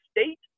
state